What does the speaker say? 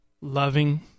loving